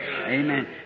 Amen